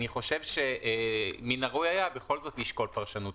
אני חושב שמן הראוי היה בכל זאת לשקול פרשנות